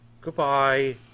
goodbye